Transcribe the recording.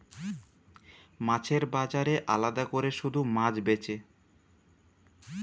মাছের বাজারে আলাদা কোরে শুধু মাছ বেচে